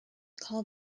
call